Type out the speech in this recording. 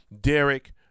Derek